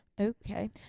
okay